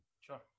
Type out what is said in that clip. Sure